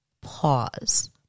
pause